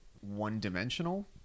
one-dimensional